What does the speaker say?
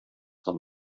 dan